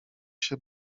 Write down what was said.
się